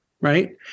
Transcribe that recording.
right